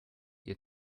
ihr